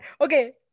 Okay